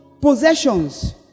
possessions